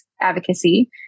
advocacy